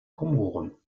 komoren